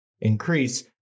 increase